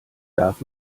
darf